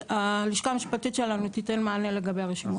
והלשכה המשפטית שלנו, תיתן מענה לגבי הרשימות.